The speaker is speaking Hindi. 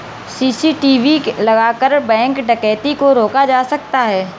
सी.सी.टी.वी लगाकर बैंक डकैती को रोका जा सकता है